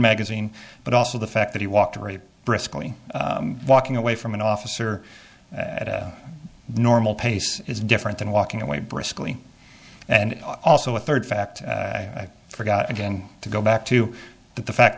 magazine but also the fact that he walked right briskly walking away from an officer at a normal pace is different than walking away briskly and also a third fact i forgot again to go back to that the fact